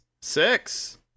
Six